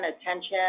attention